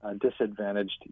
disadvantaged